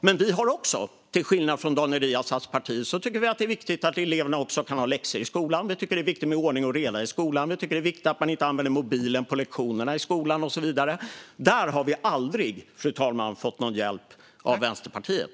Men vi tycker också, till skillnad från Daniel Riazats parti, att det är viktigt att eleverna kan ha läxor i skolan. Vi tycker att det är viktigt med ordning och reda i skolan. Vi tycker att det är viktigt att man inte använder mobilen på lektionerna i skolan och så vidare. Där har vi aldrig, fru talman, fått någon hjälp av Vänsterpartiet.